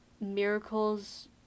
miracles